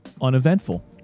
uneventful